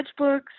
sketchbooks